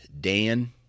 Dan